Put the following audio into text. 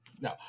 No